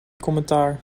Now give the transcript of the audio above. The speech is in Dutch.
commentaar